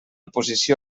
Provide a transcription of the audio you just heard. posició